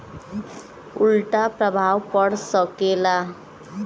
उल्टा प्रभाव पड़ सकेला